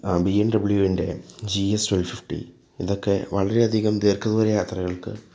ആ B M ഡബ്ലൂൻ്റെ G S twelve fifty ഇതൊക്കെ വളരെയധികം ദീർഘ ദൂര യാത്രകൾക്ക്